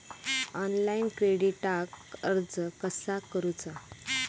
Online क्रेडिटाक अर्ज कसा करुचा?